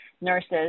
nurses